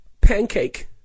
Pancake